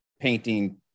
painting